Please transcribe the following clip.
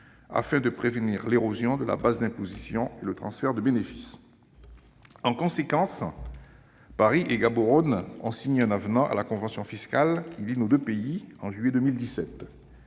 afin de prévenir l'érosion de la base d'imposition et le transfert de bénéfices. En conséquence, Paris et Gaborone ont signé en juillet 2017 un avenant à la convention fiscale qui lie nos deux pays. Le